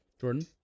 Jordan